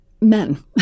men